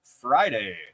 Friday